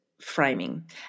framing